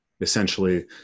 Essentially